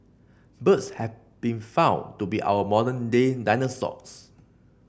birds have been found to be our modern day dinosaurs